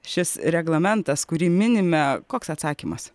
šis reglamentas kurį minime koks atsakymas